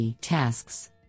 tasks